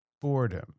boredom